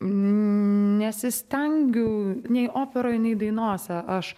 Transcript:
nesistengiu nei operoj nei dainose aš